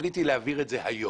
שהתוכנית היא להעביר את זה היום.